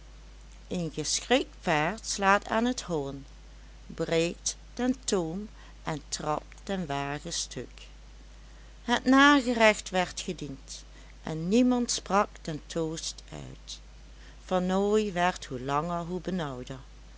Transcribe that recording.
een geschrikt paard slaat aan t hollen breekt den toom en trapt den wagen stuk het nagerecht werd gediend en niemand sprak den toost uit vernooy werd hoe langer hoe benauwder